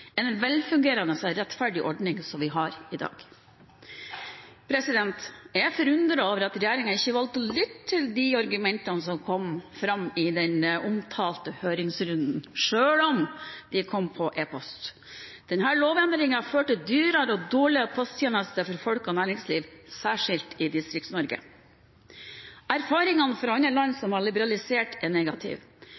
en velfungerende og rettferdig ordning som vi har i dag. Jeg er forundret over at regjeringen ikke valgte å lytte til de argumentene som kom fram i den omtalte høringsrunden, selv om de kom på e-post. Denne lovendringen fører til dyrere og dårligere posttjenester for folk og næringsliv, særskilt i Distrikts-Norge. Erfaringene fra andre land som har liberalisert, er negative.